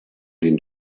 den